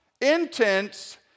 intense